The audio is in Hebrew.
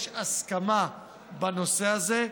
יש הסכמה בנושא הזה,